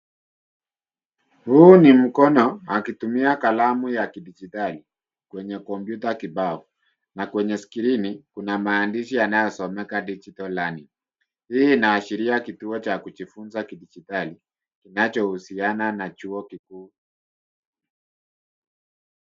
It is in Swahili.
Huu ni mkono, akitumia kalamu ya kidijitali. Kwenye kompyuta kibao, na kwenye skrini, kuna maandishi yanayosomeka, digital learning . Hii unaashiria kituo cha kujifunza kidijitali, kinachohusiana na chuo kikuu.